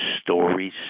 Stories